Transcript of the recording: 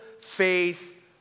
faith